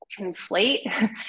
conflate